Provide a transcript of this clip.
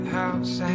house